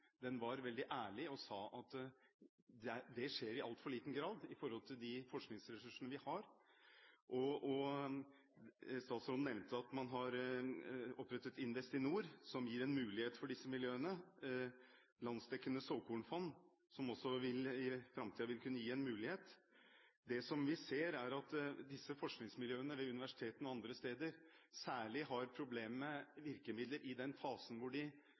var veldig ærlig og omtalte at dette skjer i altfor liten grad sett i forhold til de forskningsressursene vi har. Statsråden nevnte at man har opprettet Investinor, som gir en mulighet for disse miljøene. Landsdekkende såkornfond vil også i framtiden kunne gi en mulighet. Vi ser at disse forskningsmiljøene ved universitetene og andre steder særlig har problemer med virkemidler